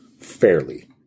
Fairly